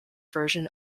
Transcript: version